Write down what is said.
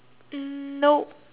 mm nope